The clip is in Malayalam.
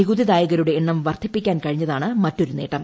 നികുതിദായകരുടെ എണ്ണം വർദ്ധിപ്പിക്കാൻ കഴിഞ്ഞതാണ്ട് മറ്റൊരു നേട്ടം